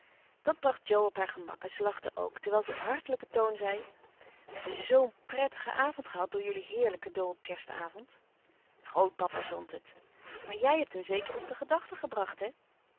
dat bracht jo op haar gemak en ze lachte ook terwijl ze op hartelijken toon zei we hebben zoo'n prettigen avond gehad door jullie heerlijk cadeau op kerstavond grootpapa zond het maar jij hebt hem zeker op de gedachte gebracht hè